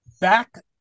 back